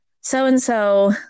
so-and-so